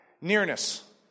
Nearness